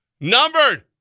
numbered